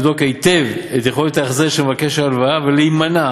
הבנק מחויב לבדוק היטב את יכולת ההחזר של מבקש ההלוואה ולהימנע